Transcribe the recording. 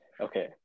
Okay